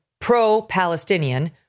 pro-Palestinian